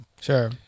Sure